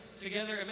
together